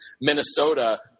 Minnesota